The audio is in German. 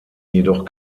jedoch